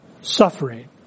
Suffering